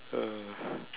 uh